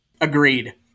Agreed